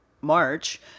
March